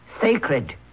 sacred